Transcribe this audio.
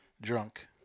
drunk